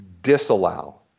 disallow